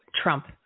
Trump